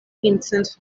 vincent